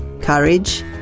courage